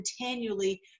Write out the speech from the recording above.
continually